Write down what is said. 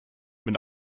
wenn